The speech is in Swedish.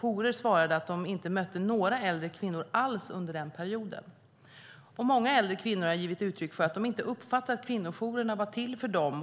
jourer svarade att de inte mötte några äldre kvinnor alls under den perioden. Och många äldre kvinnor har givit uttryck för att de inte uppfattat att kvinnojourerna var till för dem.